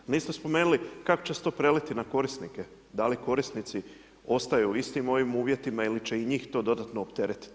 Niste spomenuli kako će se to preliti na korisnike, da li korisnici ostaju u istim ovim uvjetima ili će i njih to dodatno opteretiti.